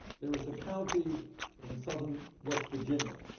there was a county in southern west virginia,